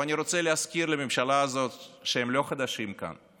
אני רוצה להזכיר לממשלה הזאת שהם לא חדשים כאן.